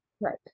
Right